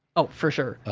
oh, for sure.